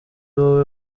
wowe